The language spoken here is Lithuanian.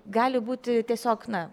gali būti tiesiog na